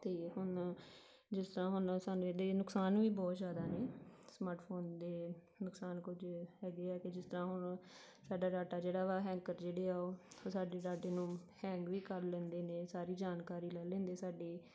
ਅਤੇ ਹੁਣ ਜਿਸ ਤਰ੍ਹਾਂ ਹੁਣ ਸਾਨੂੰ ਇਹਦੇ ਨੁਕਸਾਨ ਵੀ ਬਹੁਤ ਜ਼ਿਆਦਾ ਨੇ ਸਮਾਰਟ ਫੋਨ ਦੇ ਨੁਕਸਾਨ ਕੁਝ ਹੈਗੇ ਆ ਕਿ ਜਿਸ ਤਰ੍ਹਾਂ ਹੁਣ ਸਾਡਾ ਡਾਟਾ ਜਿਹੜਾ ਵਾ ਹੈਕਰ ਜਿਹੜੇ ਆ ਉਹ ਉਹ ਸਾਡੇ ਡਾਟੇ ਨੂੰ ਹੈਕ ਵੀ ਕਰ ਲੈਂਦੇ ਨੇ ਸਾਰੀ ਜਾਣਕਾਰੀ ਲੈ ਲੈਂਦੇ ਸਾਡੀ